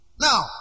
Now